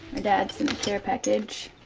dad sent a care package.